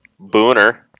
Booner